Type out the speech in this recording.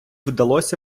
вдалося